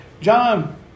John